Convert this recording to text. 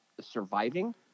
Surviving